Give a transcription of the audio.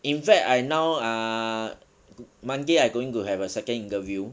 in fact I now uh monday I going to have a second interview